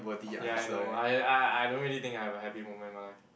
ya I know I I I I don't really think I have a happy moment in my life